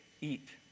eat